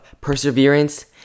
perseverance